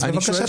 אז בבקשה,